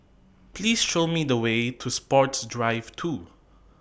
Please Show Me The Way to Sports Drive two